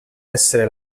essere